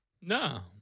no